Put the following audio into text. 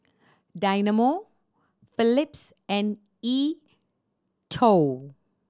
Dynamo Phillips and E Twow